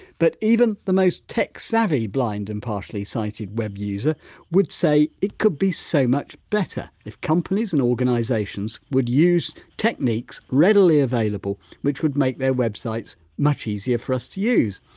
but even the most tech savvy blind and partially sighted web user would say it could be so much better, if companies and organisations would use techniques readily available which would make their websites much easier for us to use.